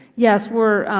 yes. we're